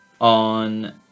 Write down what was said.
on